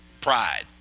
pride